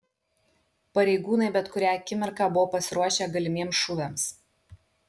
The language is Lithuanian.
pareigūnai bet kurią akimirką buvo pasiruošę galimiems šūviams